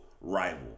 rival